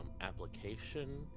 application